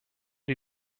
die